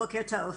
בוקר טוב.